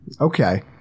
Okay